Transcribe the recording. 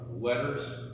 letters